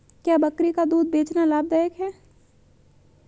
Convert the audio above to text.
क्या बकरी का दूध बेचना लाभदायक है?